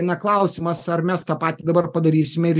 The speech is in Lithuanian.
na klausimas ar mes tą patį dabar padarysime ir